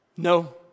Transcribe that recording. No